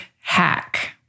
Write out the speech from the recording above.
hack